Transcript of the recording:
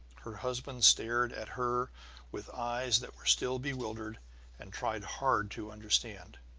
her husband stared at her with eyes that were still bewildered and tried hard to understand.